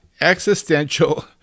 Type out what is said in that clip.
existential